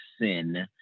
sin